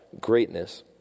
greatness